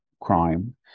crime